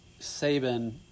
Saban